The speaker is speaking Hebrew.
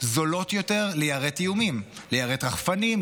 זולות יותר ליירט איומים: ליירט רחפנים,